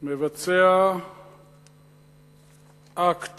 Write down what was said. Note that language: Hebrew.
מבצע אקט